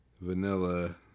vanilla